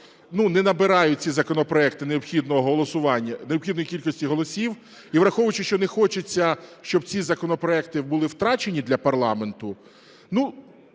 не набирають ці законопроекти необхідної кількості голосів і враховуючи, що не хочеться, щоб ці законопроекти були втрачені для парламенту,